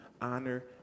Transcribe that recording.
honor